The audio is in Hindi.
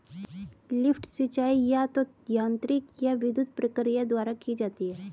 लिफ्ट सिंचाई या तो यांत्रिक या विद्युत प्रक्रिया द्वारा की जाती है